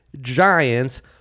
giant's